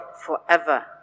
forever